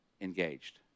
engaged